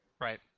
Right